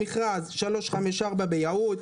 למכרז 354 ביהוד,